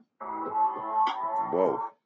Whoa